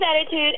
attitude